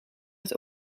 het